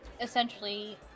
essentially